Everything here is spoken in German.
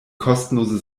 kostenlose